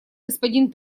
господин